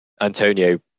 Antonio